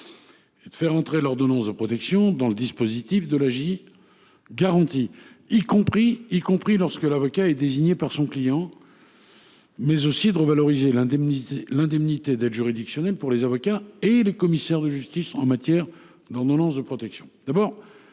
de faire entrer l’ordonnance de protection dans le dispositif de l’AJ garantie, y compris lorsque l’avocat est désigné par son client, mais aussi de revaloriser l’indemnité d’aide juridictionnelle pour les avocats et les commissaires de justice en la matière. Je tiens